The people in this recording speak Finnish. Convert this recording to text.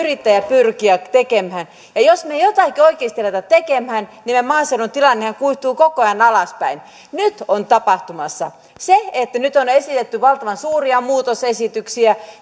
yrittää ja pyrkiä tekemään ja jos me emme jotakin oikeasti ala tekemään niin meidän maaseudun tilannehan kuihtuu koko ajan alaspäin nyt on tapahtumassa aiheuttaahan se pelkotiloja paljon että nyt on esitetty valtavan suuria muutosesityksiä